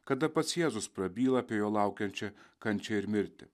kada pats jėzus prabyla apie jo laukiančią kančią ir mirtį